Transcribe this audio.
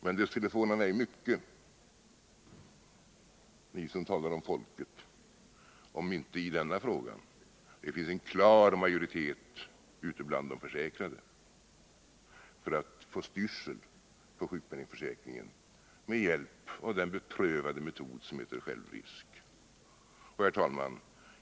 Men det skulle förvåna mig mycket, ni som talar om folket, om det inte i denna fråga finns en klar majoritet, ute bland de försäkrade, för att få styrsel på sjukpenningförsäkringen med hjälp av den beprövade metod som heter självrisk. Herr talman!